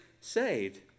saved